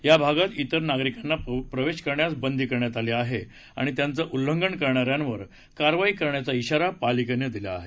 या भागात इतर नागरिकांना प्रवेश करण्यास बंदी करण्यात आली आहे आणि त्याचे उल्लंघन करणाऱ्यांवर कारवाई करण्याचा इशारा पालिकेने दिला आहे